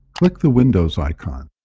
click the windows icon.